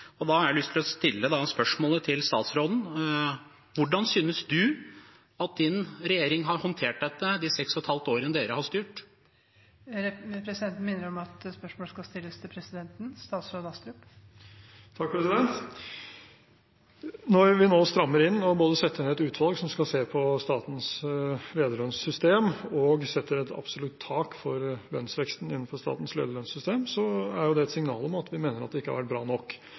jeg stille spørsmål til statsråden: Hvordan synes du at din regjering har håndtert dette de seks og et halvt årene dere har styrt? Presidenten minner om at spørsmål skal stilles til presidenten. Når vi nå strammer inn og både setter ned et utvalg som skal se på statens lederlønnssystem, og setter et absolutt tak for lønnsveksten innenfor statens lederlønnssystem, er det et signal om at vi mener det ikke har vært bra nok.